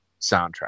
soundtrack